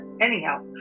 Anyhow